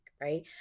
right